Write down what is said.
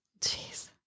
Jeez